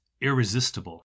irresistible